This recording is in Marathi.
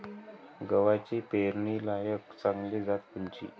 गव्हाची पेरनीलायक चांगली जात कोनची?